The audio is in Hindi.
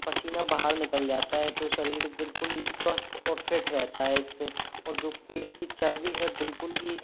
पसीना बाहर निकल जाता है तो शरीर बिल्कुल ही स्वस्थ और फिट रहता है इससे और जो पेट की चर्बी है बिल्कुल ही